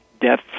death